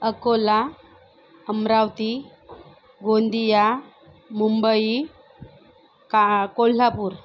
अकोला अमरावती गोंदिया मुंबई का कोल्हापूर